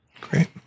Great